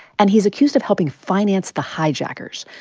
and he is accused of helping finance the hijackers.